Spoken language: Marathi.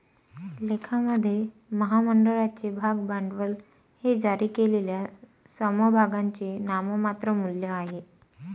लेखामध्ये, महामंडळाचे भाग भांडवल हे जारी केलेल्या समभागांचे नाममात्र मूल्य आहे